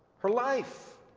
her life,